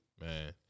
Man